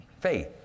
faith